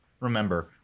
remember